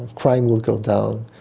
crime will go down.